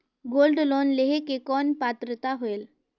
Gold loan लेहे के कौन पात्रता होएल?